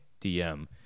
DM